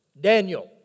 Daniel